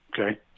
okay